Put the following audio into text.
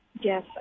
Yes